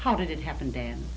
how did it happen dan